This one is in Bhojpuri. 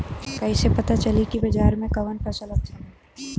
कैसे पता चली की बाजार में कवन फसल अच्छा बा?